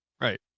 Right